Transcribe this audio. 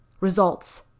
results